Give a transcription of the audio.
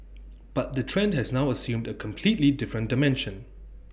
but the trend has now assumed A completely different dimension